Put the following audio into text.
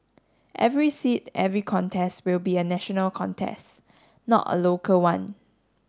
every seat every contest will be a national contest not a local one